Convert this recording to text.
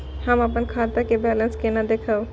हम अपन खाता के बैलेंस केना देखब?